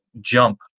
jump